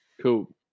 cool